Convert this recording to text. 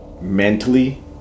Mentally